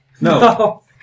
No